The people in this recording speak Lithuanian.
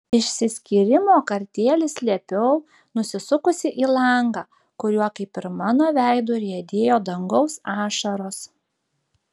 išsiskyrimo kartėlį slėpiau nusisukusi į langą kuriuo kaip ir mano veidu riedėjo dangaus ašaros